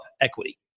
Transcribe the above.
equity